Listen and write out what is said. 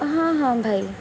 ହଁ ହଁ ଭାଇ